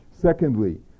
Secondly